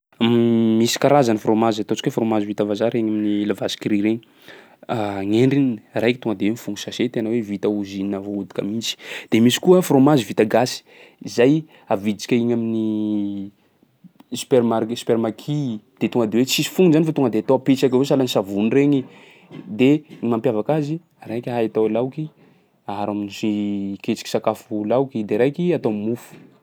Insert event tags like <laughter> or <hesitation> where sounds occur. <hesitation> Misy karazany frômazy, ataontsika hoe frômazy vita vazaha 'regny amin'ny la vache qui rit regny. <hesitation> Gny endriny: raiky tonga de mifogno sachet tena hoe vita ozinina voahodika mihitsy. De misy koa frômazy vita gasy zay avidintsika egny amin'ny <hesitation> supermark- supermaki, de tonga de hoe tsisy fognony zany fa tonga de atao pitsaka hoe sahalan'ny savony regny. De ny mampiavaka azy araiky hay atao laoky aharo am'zay ketriky sakafo laoky, de raiky atao am'mofo. <noise>